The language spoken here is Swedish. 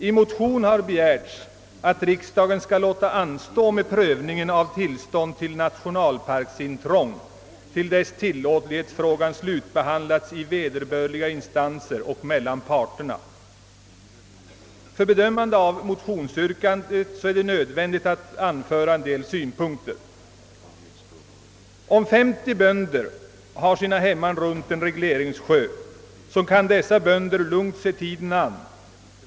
I en motion har begärts att riksdagen skall låta anstå med prövningen av frågan om tillstånd till nationalparksintrång till dess tillåtlighetsfrågan slutbehandlats i vederbörliga instanser och mellan parterna. För bedömande av motionsyrkandet är det nödvändigt att anföra en del synpunkter. Om 50 bönder har sina hemman vid en regleringssjö, så kan dessa bönder lugnt se tiden an.